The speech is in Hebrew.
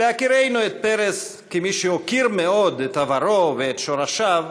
בהכירנו את פרס כמי שהוקיר מאוד את עברו ואת שורשיו,